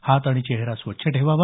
हात आणि चेहरा स्वच्छ ठेवावा